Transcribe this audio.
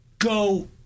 Go